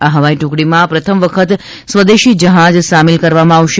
આ હવાઈ ટુકડીમાં પ્રથમ વખત સ્વદેશી જહાજ સામેલકરવામાં આવશે